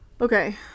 Okay